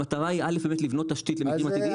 המטרה היא א' לבנות תשתית למקרים עתידיים איך לתת מענה.